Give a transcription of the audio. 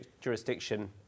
jurisdiction